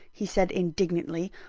he said, indignantly.